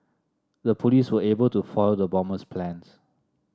the police were able to foil the bomber's plans